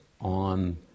on